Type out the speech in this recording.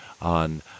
on